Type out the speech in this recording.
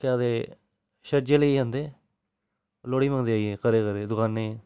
केह् आखदे छज्जे लेइयै जंदे लोह्ड़ी मंगदे जाइयै घरै घरै दकानै